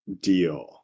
deal